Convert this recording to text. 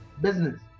business